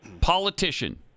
politician